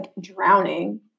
drowning